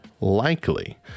likely